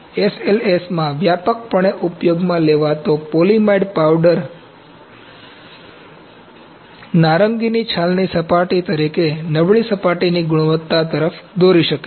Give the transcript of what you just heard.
SLS માં વ્યાપકપણે ઉપયોગમાં લેવાતો પોલિમાઇડ પાવડર નારંગીની છાલની સપાટી તરીકે નબળી સપાટીની ગુણવત્તા તરફ દોરી શકે છે